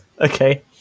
Okay